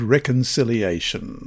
Reconciliation